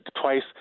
twice